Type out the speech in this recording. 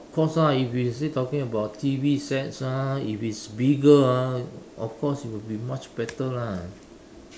of course ah if you say talking about T_V sets ah if it's bigger of course it will be much better lah